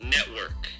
Network